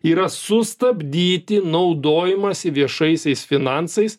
yra sustabdyti naudojimąsi viešaisiais finansais